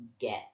get